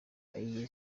aye